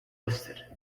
listed